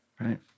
right